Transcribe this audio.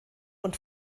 und